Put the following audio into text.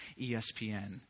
ESPN